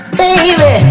baby